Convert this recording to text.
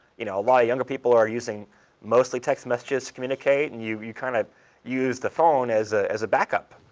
you know lot of younger people are using mostly text messages to communicate, and you you kind of use the phone as ah as a backup,